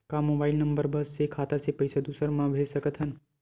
का mobile number बस से खाता से पईसा दूसरा मा भेज सकथन?